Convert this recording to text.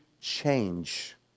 change